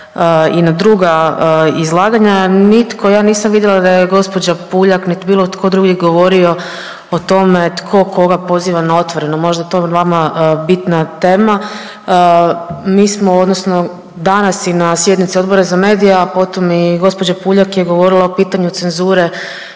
i na druga izlaganja. Nitko, ja nisam vidjela da je gđa. Puljak, nit bilo ko drugi govorio o tome tko koga poziva na „Otvoreno“, možda je to vama bitna tema. Mi smo odnosno danas i na sjednici Odbora za mediji, a potom i gđa. Puljak je govorila o pitanju cenzure